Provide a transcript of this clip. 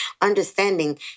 understanding